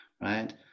right